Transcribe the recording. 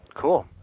Cool